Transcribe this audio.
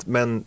Men